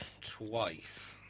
twice